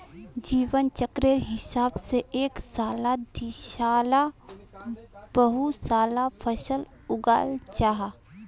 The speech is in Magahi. जीवन चक्रेर हिसाब से एक साला दिसाला बहु साला फसल उगाल जाहा